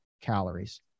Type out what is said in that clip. calories